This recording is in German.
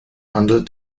handel